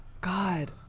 God